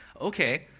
Okay